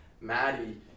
Maddie